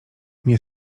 nie